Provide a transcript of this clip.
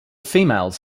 females